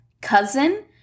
cousin